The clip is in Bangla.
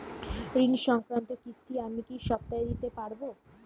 ঋণ সংক্রান্ত কিস্তি আমি কি সপ্তাহে দিতে পারবো?